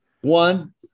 one